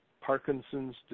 Parkinson's